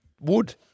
wood